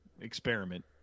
experiment